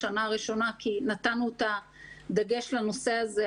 בשנה הראשונה, כי נתנו דגש בנושא הזה.